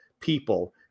people